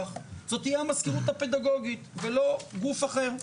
תהיה המזכירות הפדגוגית ולא גוף אחר.